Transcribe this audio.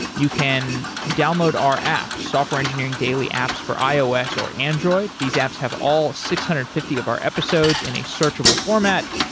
you can download our apps, software engineering daily apps for ios or android. these apps have all six hundred and fifty of our episodes in a searchable format.